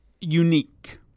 unique